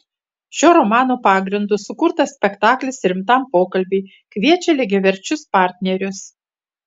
šio romano pagrindu sukurtas spektaklis rimtam pokalbiui kviečia lygiaverčius partnerius